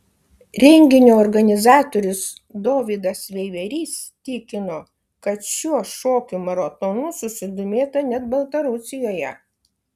renginio organizatorius dovydas veiverys tikino šiuo šokių maratonų susidomėta net baltarusijoje